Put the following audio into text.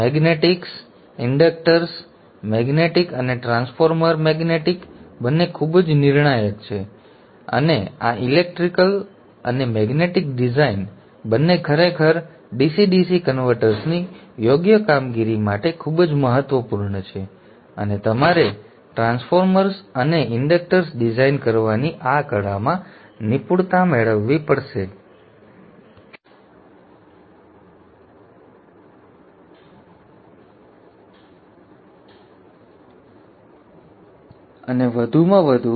magnetics inductor magnetic અને transformer magnetic બંને ખૂબ જ નિર્ણાયક છે અને આ ઇલેક્ટ્રિકલ અને મેગ્નેટિક ડિઝાઇન બંને ખરેખર DC DC કન્વર્ટર્સની યોગ્ય કામગીરી માટે ખૂબ જ મહત્વપૂર્ણ છે અને તમારે ટ્રાન્સફોર્મર્સ અને ઇન્ડક્ટર્સ ડિઝાઇન કરવાની આ કળામાં નિપુણતા મેળવવી પડશે અને વધુને વધુ